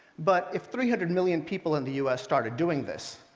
but if three hundred million people in the u s. started doing this,